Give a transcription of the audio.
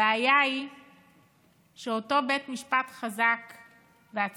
הבעיה היא שאותו בית משפט חזק ועצמאי,